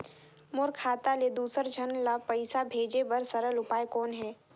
मोर खाता ले दुसर झन ल पईसा भेजे बर सरल उपाय कौन हे?